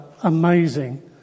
amazing